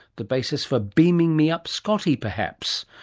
the basis for beaming me up scotty perhaps.